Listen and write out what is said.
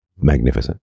Magnificent